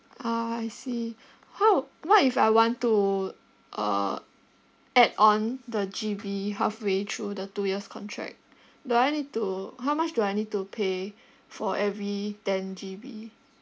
ah I see how what if I want to uh add on the G_B halfway through the two years contract do I need to how much do I need to pay for every ten G_B